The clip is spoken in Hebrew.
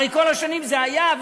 הרי כל השנים זה היה,